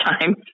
time